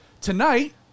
Tonight